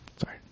Sorry